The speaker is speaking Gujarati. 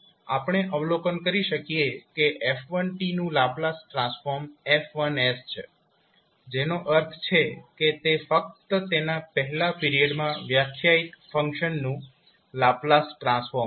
આપણે અવલોકન કરી શકીએ કે f1 નું લાપ્લાસ ટ્રાન્સફોર્મ F1 છે જેનો અર્થ છે કે તે ફક્ત તેના પહેલા પિરિયડમાં વ્યાખ્યાયિત ફંક્શનનું લાપ્લાસ ટ્રાન્સફોર્મ છે